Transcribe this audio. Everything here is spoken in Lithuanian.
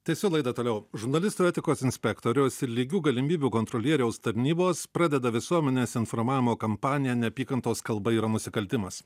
tęsiu laidą toliau žurnalistų etikos inspektoriaus ir lygių galimybių kontrolieriaus tarnybos pradeda visuomenės informavimo kampaniją neapykantos kalba yra nusikaltimas